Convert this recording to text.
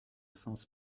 sens